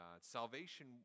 Salvation